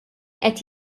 qed